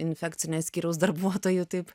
infekcinio skyriaus darbuotojų taip